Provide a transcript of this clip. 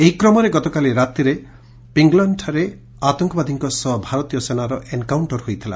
ଏହି କ୍ରମରେ ଗତକାଲି ରାତିରେ ପିଙ୍ଗଲନ୍ଠାରେ ଆତଙ୍ଙବାଦୀଙ୍ଙ ସହ ଭାରତୀୟ ସେନାର ଏନ୍କାଉକ୍କର ହୋଇଥିଲା